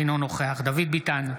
אינו נוכח דוד ביטן,